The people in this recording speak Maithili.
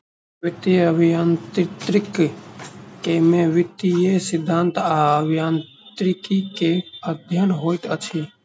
वित्तीय अभियांत्रिकी में वित्तीय सिद्धांत आ अभियांत्रिकी के अध्ययन होइत अछि